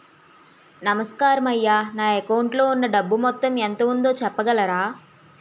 నమస్కారం అయ్యా నా అకౌంట్ లో ఉన్నా డబ్బు మొత్తం ఎంత ఉందో చెప్పగలరా?